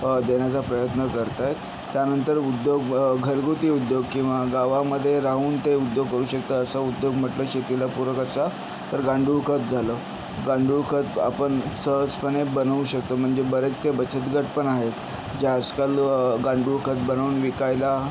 देण्याचा प्रयत्न करत आहेत त्यानंतर उद्योग घरगुती उद्योग किंवा गावामध्ये राहून ते उद्योग होऊ शकतात असा उद्योग म्हटलं शेतीला पूरक असा तर गांडूळ खत झालं गांडूळ खत आपन सहजपणे बनवू शकतो म्हणजे बरेचसे बचत गट पण आहेत जे आजकाल गांडूळ खत बनवून विकायला